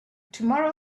tomorrow